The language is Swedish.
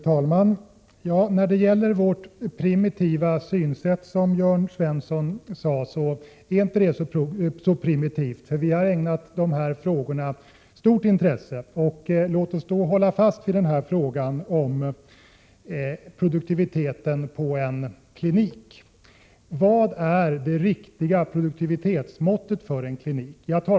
Fru talman! Jörn Svensson sade att vi hade ett primitivt synsätt. Nej, vårt synsätt är inte så primitivt — vi har ägnat de här frågorna stort intresse. Låt oss hålla fast vid exemplet som gällde sjukvård. Vad är det riktiga produktivitetsmåttet för en klinik eller en vårdcentral?